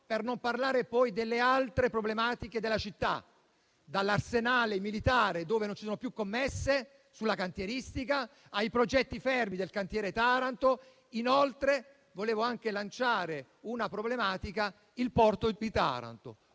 per non parlare poi delle altre problematiche della città, dall'arsenale militare dove non ci sono più commesse sulla cantieristica, ai progetti fermi del cantiere Taranto. Inoltre, vorrei anche evidenziare la problematica relativa al porto di Taranto,